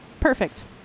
Perfect